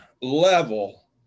level